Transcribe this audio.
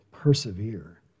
persevere